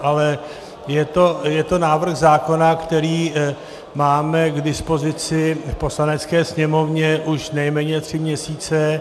Ale je to návrh zákona, který máme k dispozici v Poslanecké sněmovně už nejméně tři měsíce.